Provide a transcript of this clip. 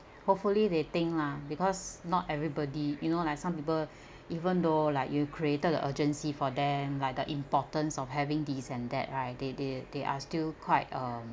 hopefully they think lah because not everybody you know like some people even though like you've created the urgency for them like the importance of having these and that right they they they are still quite um